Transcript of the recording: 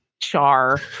char